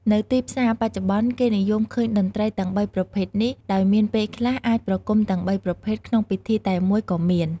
នៅទីផ្សារបច្ចុប្បន្ន គេនិយមឃើញតន្រ្តីទាំងបីប្រភេទនេះ ដោយមានពេលខ្លះអាចប្រគុំទាំងបីប្រភេទក្នុងពិធីតែមួយក៏មាន។